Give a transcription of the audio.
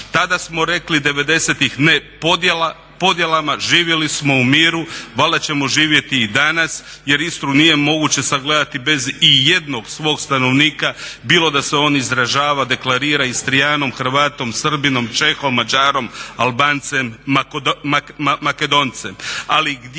Tada smo rekli 90.-ih ne podjelama, živjeli smo u miru. Valjda ćemo živjeti i danas jer Istru nije moguće sagledati bez i jednog svog stanovnika bilo da se on izražava, deklarira Istrijanom, Hrvatom, Srbinom, Čehom, Mađarom, Albancem, Makedoncem.